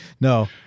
No